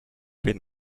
been